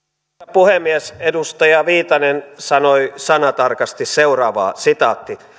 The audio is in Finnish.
puhemies edustaja viitanen sanoi sanatarkasti seuraavaa